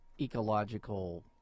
ecological